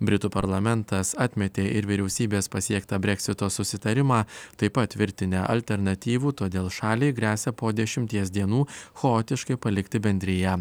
britų parlamentas atmetė ir vyriausybės pasiektą breksito susitarimą taip pat virtinę alternatyvų todėl šaliai gresia po dešimties dienų chaotiškai palikti bendriją